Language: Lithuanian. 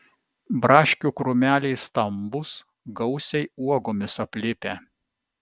braškių krūmeliai stambūs gausiai uogomis aplipę